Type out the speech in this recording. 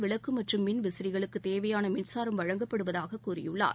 விளக்கு மற்றும் மின்விசிறிகளுக்கு தேவையான மின்சாரம் வழங்கப்படுவதாக கூறியுள்ளார்